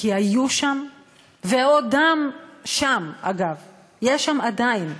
כי היו שם ועודם שם, אגב, יש שם עדיין,